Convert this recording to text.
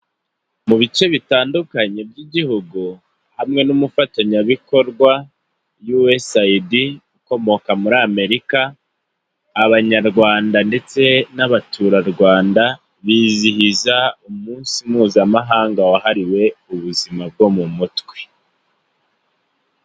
Mu bice bitandukanye by'igihugu, hamwe n'umufatanyabikorwa yuwesaidi, ukomoka muri Amerika, abanyarwanda ndetse n'abaturarwanda, bizihiza umunsi mpuzamahanga wahariwe ubuzima bwo mu mutwe.